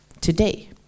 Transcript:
today